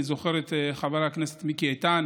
אני זוכר את חבר הכנסת מיקי איתן